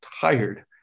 tired